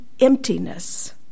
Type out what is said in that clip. emptiness